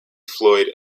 floyd